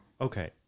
Okay